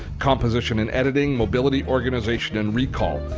composition and editing, mobility organization, and recall.